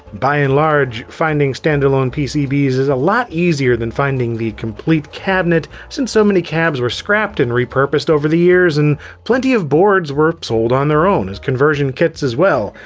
by and large, finding standalone pcbs is a lot easier than finding the complete cabinet, since so many cabs were scrapped and repurposed over the years. and plenty of boards were sold on their own as conversion kits as well,